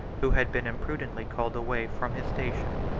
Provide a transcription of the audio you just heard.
who had been imprudently called away from his station.